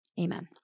Amen